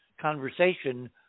conversation